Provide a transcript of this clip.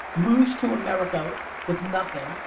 moves to america with nothing,